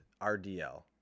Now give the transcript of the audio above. rdl